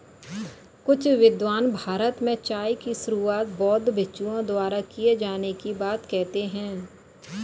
कुछ विद्वान भारत में चाय की शुरुआत बौद्ध भिक्षुओं द्वारा किए जाने की बात कहते हैं